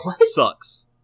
sucks